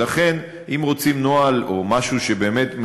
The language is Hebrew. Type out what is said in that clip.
ולכן, אם רוצים נוהל או משהו באמת מחייב,